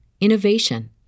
innovation